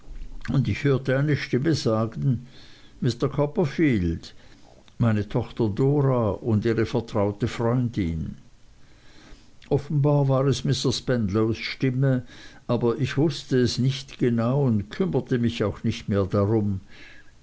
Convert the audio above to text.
und ich hörte eine stimme sagen mr copperfield meine tochter dora und ihre vertraute freundin offenbar war es mr spenlows stimme aber ich wußte es nicht genau und kümmerte mich auch nicht mehr darum